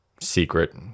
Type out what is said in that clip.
secret